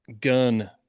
gun